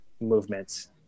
movements